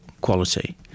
quality